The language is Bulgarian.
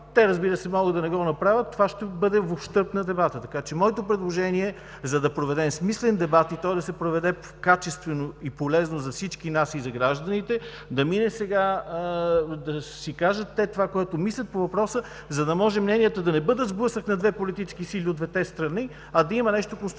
Те, разбира се, могат да не го направят. Това ще бъде в ущърб на дебата. Така че моето предложение, за да проведем смислен дебат и той да се проведе качествено и полезно за всички нас и за гражданите, е да си кажат това, което те мислят по въпроса, за да може мненията да не бъдат сблъсък на две политически сили от двете страни, а да има нещо конструктивно